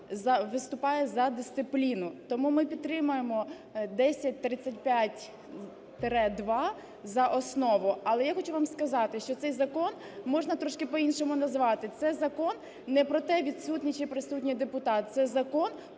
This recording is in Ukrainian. виступає за дисципліну, тому ми підтримаємо 1035-2 за основу. Але я хочу вам сказати, що цей закон можна трошки по-іншому назвати. Це закон не про те, відсутній чи присутній депутат, це закон про запізнення.